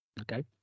okay